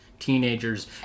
Teenagers